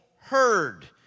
heard